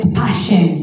passion